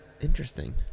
interesting